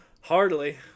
Hardly